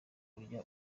kurya